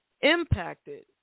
impacted